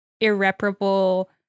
irreparable